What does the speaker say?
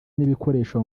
n’ibikoresho